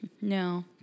No